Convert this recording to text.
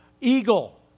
eagle